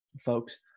Folks